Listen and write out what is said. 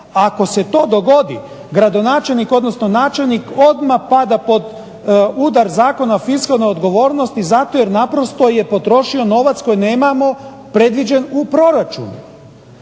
Ako se to dogodi gradonačelnik, odnosno načelnik odmah pada pod udar Zakona o fiskalnoj odgovornosti zato jer naprosto je potrošio novac koji nemamo predviđen u proračunu.